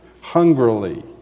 hungrily